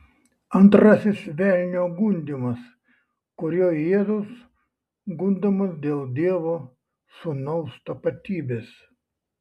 antrasis velnio gundymas kuriuo jėzus gundomas dėl dievo sūnaus tapatybės